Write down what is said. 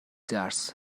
درس